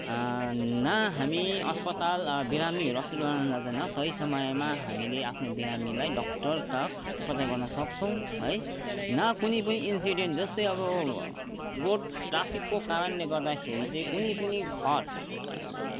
न हामी अस्पताल बिरामीहरू अस्पतालमा सही समयमा हामीले आफ्नो बिरामीलाई डक्टरको उपचार गर्न सक्छौँ है न कुनै पनि इन्सिडेन्ट जस्तै अब रोड ट्राफिकको कारणले गर्दैखेरि चाहिँ कुनै पनि घर